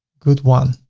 good one.